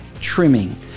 trimming